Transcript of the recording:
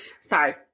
sorry